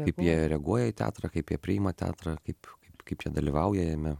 kaip jie reaguoja į teatrą kaip jie priima teatrą kaip kaip kaip jie dalyvauja jame